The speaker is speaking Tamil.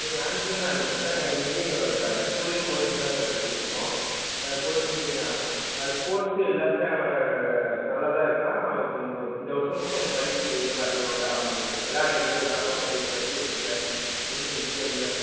ம் அனுப்பணும்னா அனுப்புங்க சார் நாங்கள் இங்கேயும் க ஸ்கூல்லையும் கோச்சிங் தான் சார் கொடுத்துக்கிட்ருக்கோம் கோச்சிங் அது ஸ்போர்ட்ஸ்ஸு எல்லாத்துலையும் அவன் நல்லாதான் இருக்கான் அவன் கொஞ்சம் ஒரு இந்த வருடம் மட்டும் கொஞ்சம் படிப்பு இதை பார்த்துக்கோங்க அவனை விளாட எங்கேயும் விடாம கொஞ்சம் படிக்க சொல்லுங்கள் டென்த்து முக்கியம்ல